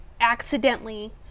accidentally